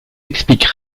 explique